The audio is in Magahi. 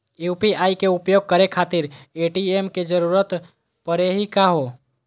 यू.पी.आई के उपयोग करे खातीर ए.टी.एम के जरुरत परेही का हो?